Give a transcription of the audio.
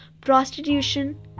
prostitution